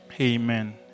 Amen